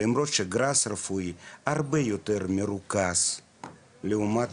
למרות שגראס רפואי הרבה יותר מרוכז לעומת